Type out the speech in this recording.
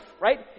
right